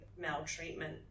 maltreatment